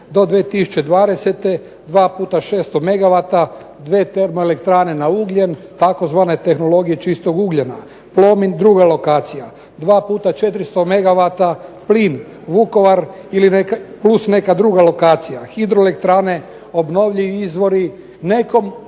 hidroelektrane, obnovljivi izvori". Nekom tko